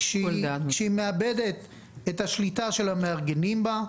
כשהיא מאבדת את השליטה של המארגנים אותה,